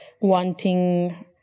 wanting